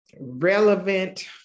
relevant